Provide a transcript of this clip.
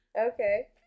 Okay